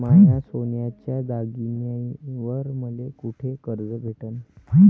माया सोन्याच्या दागिन्यांइवर मले कुठे कर्ज भेटन?